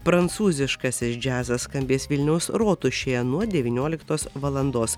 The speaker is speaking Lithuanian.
prancūziškasis džiazas skambės vilniaus rotušėje nuo devynioliktos valandos